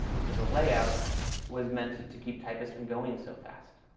so the layout was meant to keep typists from going so fast.